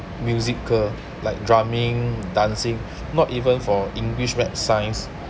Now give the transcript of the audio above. musical like drumming dancing not even for english maths science